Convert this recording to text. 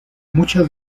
muchas